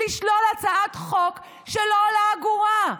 ולשלול הצעת חוק שלא עולה אגורה,